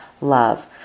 love